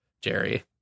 Jerry